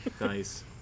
Nice